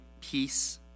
peace